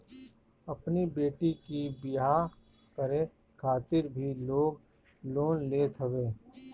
अपनी बेटी के बियाह करे खातिर भी लोग लोन लेत हवे